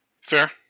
Fair